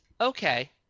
okay